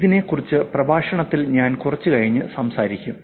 ഇതിനെ കുറിച്ച് പ്രഭാഷണത്തിൽ ഞാൻ കുറച്ച് കഴിഞ്ഞ് സംസാരിക്കും